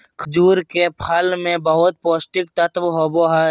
खजूर के फल मे बहुत पोष्टिक तत्व होबो हइ